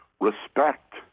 respect